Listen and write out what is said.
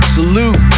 Salute